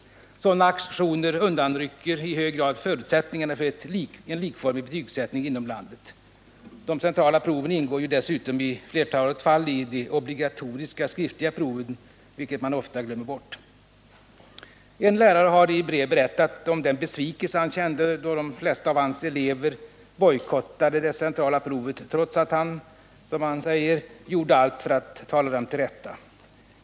Sådana aktioner undanrycker i hög grad förutsättningarna för en likformig betygsättning inom landet. De centrala proven ingår ju dessutom i flertalet fall i de obligatoriska skriftliga proven, vilket man ofta glömmer bort. En lärare har i brev berättat om den besvikelse han kände, då de flesta av hans elever bojkottade det centrala provet, trots att han gjorde allt för att tala dem till rätta.